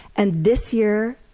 and this year,